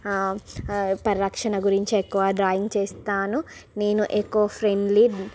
పరిరక్షణ గురించి ఎక్కువ డ్రాయింగు చేస్తాను నేను ఎకో ఫ్రెండ్లీ